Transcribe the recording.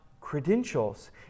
credentials